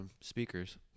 speakers